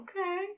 okay